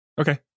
Okay